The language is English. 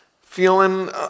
feeling